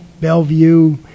Bellevue